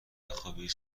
بخوابی